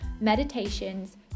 meditations